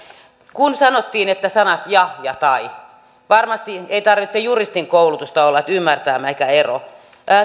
kun sanottiin sanat ja ja tai niin varmasti ei tarvitse juristin koulutusta olla että ymmärtää mikä on ero